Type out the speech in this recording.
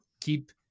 keep